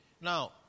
Now